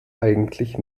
eigentlich